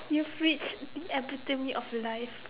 your fridge epitome of life